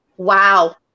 Wow